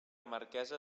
marquesa